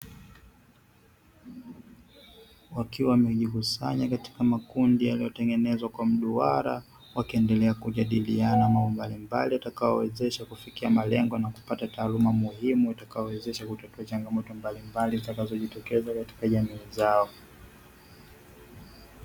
Wakiwa wamejikusanya katika makundi yaliyotengenezwa kwa mduara, wakiendelea kujadiliana mambo mbalimbali yatakayowezesha kufikia malengo, na kupata taaluma muhimu itakayowezesha kutatua changamoto mbalimbali zitakazojitokeza katika jamii zao.